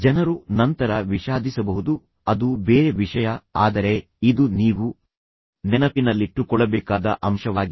ಜನರು ನಂತರ ವಿಷಾದಿಸಬಹುದು ಅದು ಬೇರೆ ವಿಷಯ ಆದರೆ ಇದು ನೀವು ನೆನಪಿನಲ್ಲಿಟ್ಟುಕೊಳ್ಳಬೇಕಾದ ಅಂಶವಾಗಿದೆ